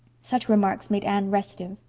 such remarks made anne restive.